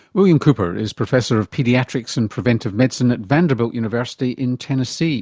william cooper is professor of paediatrics and preventive medicine at vanderbilt university in tennessee.